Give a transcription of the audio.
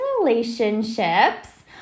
relationships